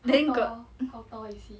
then got